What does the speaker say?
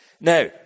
Now